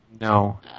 No